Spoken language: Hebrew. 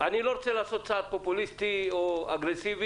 אני לא רוצה לעשות צעד פופוליסטי או אגרסיבי,